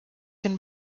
can